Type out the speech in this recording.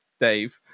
Dave